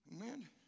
Amen